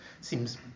seems